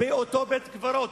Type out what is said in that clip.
באותו בית-קברות.